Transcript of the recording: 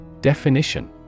Definition